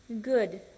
good